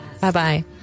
Bye-bye